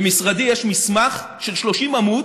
במשרדי יש מסמך של 30 עמודים